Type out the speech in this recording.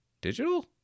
digital